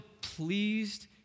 pleased